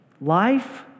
life